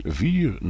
vier